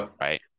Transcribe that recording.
right